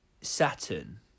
Saturn